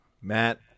Matt